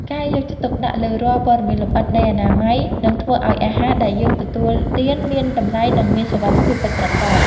ការយកចិត្តទុកដាក់លើរាល់ព័ត៌មានលម្អិតនៃអនាម័យនឹងធ្វើឱ្យអាហារដែលយើងទទួលទានមានតម្លៃនិងមានសុវត្ថិភាពពិតប្រាកដ។